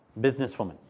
businesswoman